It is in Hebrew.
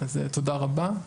תודה רבה.